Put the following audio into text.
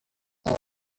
knew